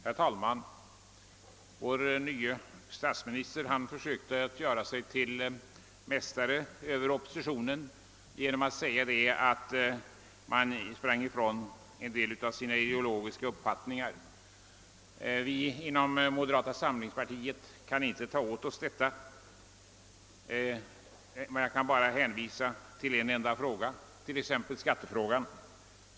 Herr talman! Vår nye statsminister försökte göra sig till mästare över Ooppositionen genom att säga att den sprang ifrån en del av sina ideologiska uppfattningar. Vi inom moderata samlingspartiet kan inte ta åt oss detta. Jag behöver bara hänvisa till en enda fråga, nämligen skattefrågan.